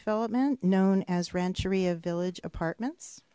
development known as rancheria village apartments